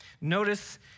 Notice